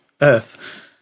Earth